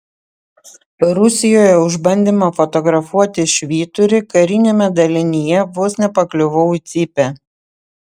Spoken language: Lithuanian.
rusijoje už bandymą fotografuoti švyturį kariniame dalinyje vos nepakliuvau į cypę